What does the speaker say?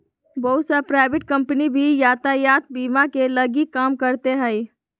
बहुत सा private company भी यातायात बीमा के लगी काम करते हइ